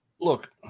Look